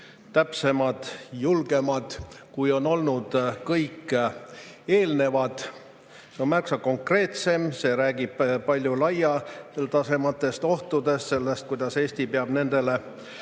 täpsemad, julgemad, kui on olnud kõik eelnevad. See [eelnõu] on märksa konkreetsem, see räägib palju laialdasematest ohtudest ja sellest, kuidas Eesti peab nendele